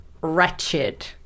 wretched